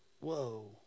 Whoa